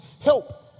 help